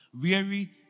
Weary